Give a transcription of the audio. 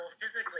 physically